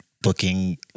booking